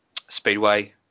speedway